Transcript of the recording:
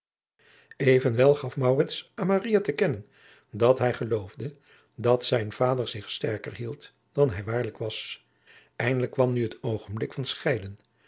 evenwel gaf maurits aan maria te kennen dat hij geloofde dat zijn vader zich sterker hield dan hij waarlijk was eindelijk kwam nu het oogenblik van scheiden